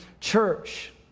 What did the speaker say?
church